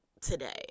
today